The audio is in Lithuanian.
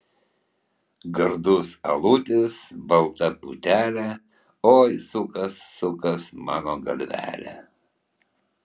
gardus alutis balta putelė oi sukas sukas mano galvelė